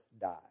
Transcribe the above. die